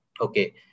okay